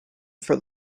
for